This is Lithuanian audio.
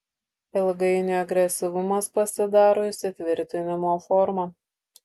ilgainiui agresyvumas pasidaro įsitvirtinimo forma